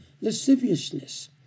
lasciviousness